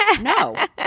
No